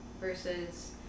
versus